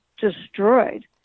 destroyed